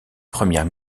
premières